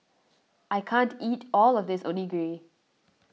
I can't eat all of this Onigiri